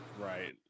right